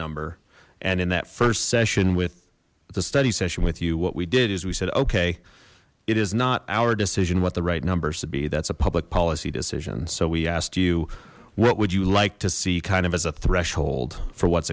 number and in that first session with the study session with you what we did is we said okay it is not our decision what the right numbers should be that's a public policy decision so we asked you what would you like to see kind of as a threshold for what's